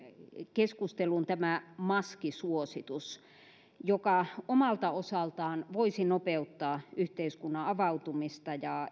keskusteluun tämä maskisuositus joka omalta osaltaan voisi nopeuttaa yhteiskunnan avautumista ja